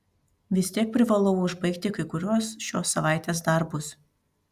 vis tiek privalau užbaigti kai kuriuos šios savaitės darbus